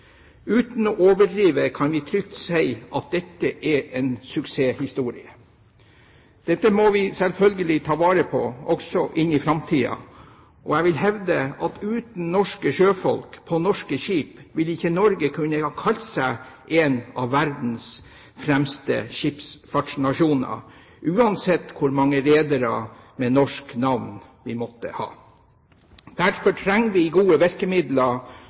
Uten å overdrive kan vi trygt si at dette er en suksesshistorie. Dette må vi selvfølgelig ta vare på, også inn i framtiden, og jeg vil hevde at uten norske sjøfolk på norske skip ville ikke Norge kunne ha kalt seg en av verdens fremste skipsfartsnasjoner, uansett hvor mange redere med norsk navn vi måtte ha. Derfor trenger vi gode virkemidler,